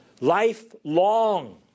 Lifelong